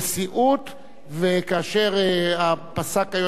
וכאשר פסק היועץ המשפטי את אשר פסק,